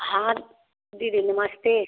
हाँ दीदी नमस्ते